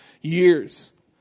years